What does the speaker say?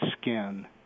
skin